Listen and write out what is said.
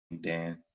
Dan